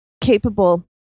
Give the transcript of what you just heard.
capable